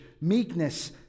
meekness